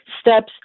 steps